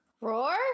Roar